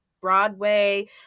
Broadway